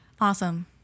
awesome